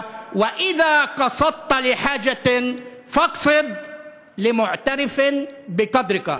אין דבר שמגרד את העור שלך טוב יותר מהציפורניים שלך.